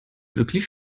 wirklich